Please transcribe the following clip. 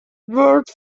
word